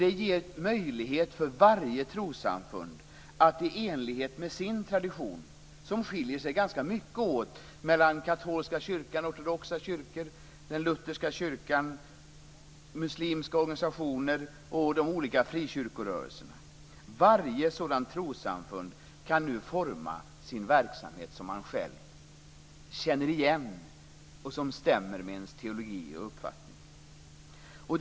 Det ger en möjlighet för varje trossamfund att i enlighet med sin tradition - som skiljer sig ganska mycket åt mellan katolska kyrkan, ortodoxkyrkor, lutherska kyrkan, muslimska organisationer och de olika frikyrkorörelser - forma en verksamhet som man själv känner igen och som stämmer med ens teori och uppfattning.